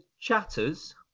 Chatters